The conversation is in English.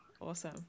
awesome